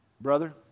brother